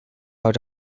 out